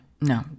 no